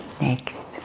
Next